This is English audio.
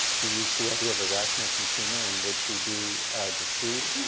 he used the idea of a rational consumer, and would she be decieved?